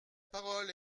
parole